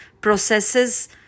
processes